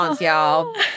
y'all